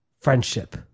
Friendship